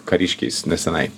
kariškiais nesenai